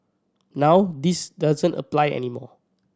now this doesn't apply any more